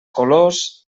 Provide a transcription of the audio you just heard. colors